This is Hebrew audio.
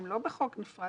הן לא בחוק נפרד,